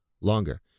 longer